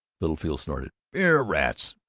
littlefield snorted, beer! rats!